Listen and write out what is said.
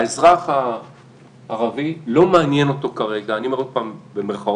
את האזרח הערבי לא מעניין כרגע, במירכאות,